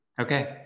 Okay